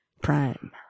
Prime